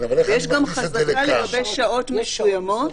יש גם חזקה לגבי שעות מסוימות,